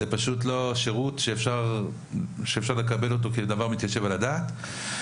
זה פשוט לא שירות שאפשר לקבל אותו כדבר מתיישב על הדעת.